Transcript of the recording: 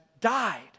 died